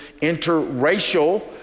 interracial